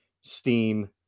Steam